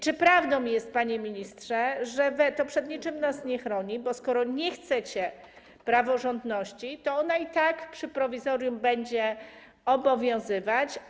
Czy prawdą jest, panie ministrze, że weto przed niczym nas nie chroni, skoro nie chcecie praworządności, a ona i tak przy prowizorium będzie obowiązywać.